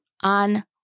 on